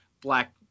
black